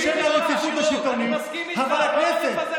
בשם הרציפות השלטונית, אתם מפחדים מבחירות ישירות.